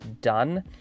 done